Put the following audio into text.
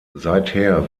seither